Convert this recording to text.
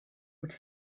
but